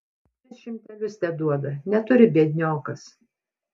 tris šimtelius teduoda neturi biedniokas